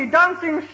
dancing